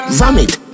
vomit